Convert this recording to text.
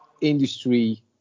industry